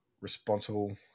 responsible